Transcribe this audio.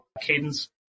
cadence